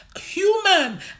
human